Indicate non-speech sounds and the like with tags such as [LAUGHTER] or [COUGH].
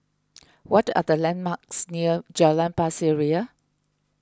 [NOISE] what are the landmarks near Jalan Pasir Ria